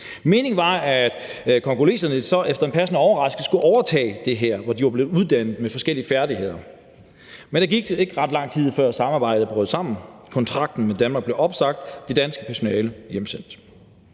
Meningen var, at congoleserne efter en passende overgang skulle overtage det her, hvor de var blevet uddannet og havde fået forskellige færdigheder, men der gik ikke ret lang tid, før samarbejdet brød sammen. Kontrakten med Danmark blev opsagt, det danske personale hjemsendt.